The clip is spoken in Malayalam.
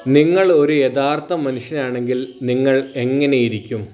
നിങ്ങൾ ഒരു യഥാർത്ഥ മനുഷ്യനാണെങ്കിൽ നിങ്ങൾ എങ്ങനെയിരിക്കും